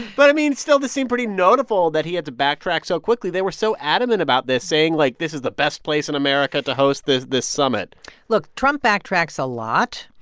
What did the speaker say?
but, i mean, still, this seemed pretty notable that he had to backtrack so quickly. they were so adamant about this, saying, like, this is the best place in america to host this this summit look. trump backtracks a lot.